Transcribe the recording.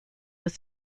was